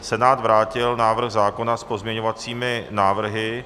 Senát vrátil návrh zákona s pozměňovacími návrhy.